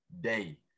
day